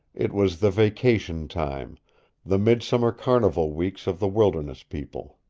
it was the vacation time the midsummer carnival weeks of the wilderness people.